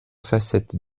facettes